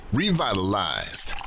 revitalized